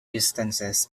distances